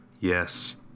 yes